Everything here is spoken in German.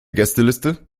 gästeliste